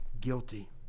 guilty